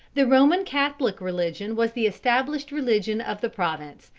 the roman catholic religion was the established religion of the province,